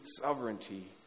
sovereignty